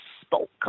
spoke